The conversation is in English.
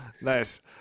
Nice